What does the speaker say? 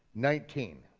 nineteen.